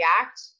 react